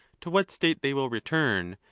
to what state they will return,